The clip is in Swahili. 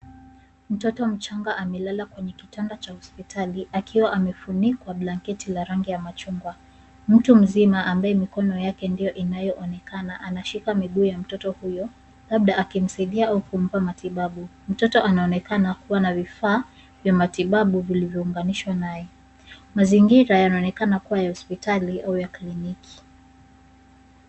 Mtoto mchanga amelala kwenye kitanda cha hospitali akiwa amefunikwa blanketi la rangi ya machungwa. Mtu mzima ambaye mikono yake ndiyo inayoonekana anashika miguu ya mtoto huyo labda akimsaidia au kumpa matibabu. Mtoto anaonekana kuwa na vifaa vya matibabu vilivyounganishwa naye. Mazingira yanaonekana kuwa ya hospitali au ya kiliniki.